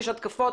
יש התקפות